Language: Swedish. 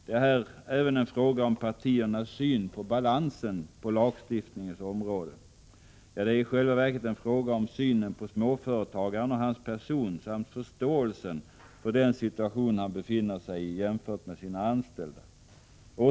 Det är här även en fråga om partiernas syn på balansen på lagstiftningens område. Ja, det är i själva verket en fråga om synen på småföretagaren och hans person samt förståelsen för den situation han befinner sig i jämfört med sina anställda.